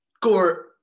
Gore